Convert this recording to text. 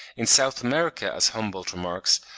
in south america, as humboldt remarks,